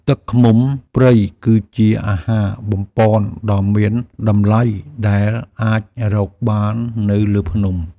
ទឹកឃ្មុំព្រៃគឺជាអាហារបំប៉នដ៏មានតម្លៃដែលអាចរកបាននៅលើភ្នំ។